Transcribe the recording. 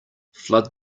flood